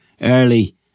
early